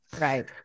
Right